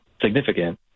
significant